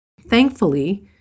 Thankfully